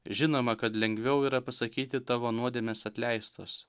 žinoma kad lengviau yra pasakyti tavo nuodėmės atleistos